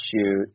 shoot